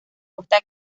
costa